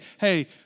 hey